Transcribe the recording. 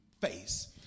face